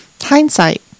Hindsight